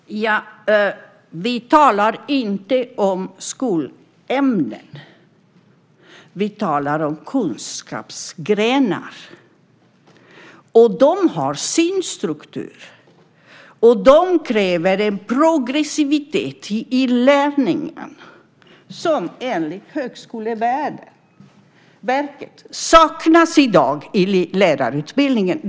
Fru talman! Vi talar inte om skolämnen. Vi talar om kunskapsgrenar. De har sin struktur. De kräver en progressivitet i inlärningen som enligt Högskoleverket i dag saknas i lärarutbildningen.